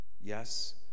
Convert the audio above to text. Yes